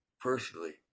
personally